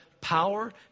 power